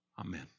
Amen